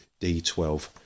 D12